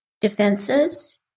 defenses